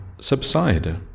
subside